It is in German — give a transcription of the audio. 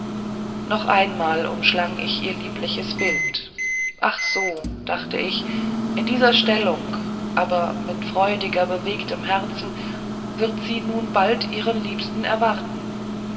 noch einmal verschlang ich ihr liebliches bild ach so dacht ich in ebendieser stellung aber mit freudiger bewegtem herzen wird sie nun bald ihren liebsten erwarten